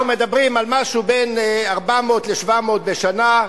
אנחנו מדברים על בין 400 ל-700 מקרים בשנה,